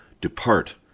Depart